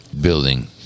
building